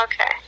Okay